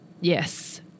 Yes